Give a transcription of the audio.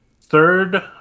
Third